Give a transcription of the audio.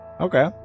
Okay